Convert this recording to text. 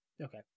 Okay